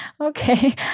okay